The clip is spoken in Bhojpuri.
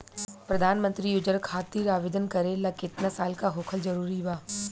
प्रधानमंत्री योजना खातिर आवेदन करे ला केतना साल क होखल जरूरी बा?